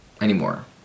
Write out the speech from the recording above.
anymore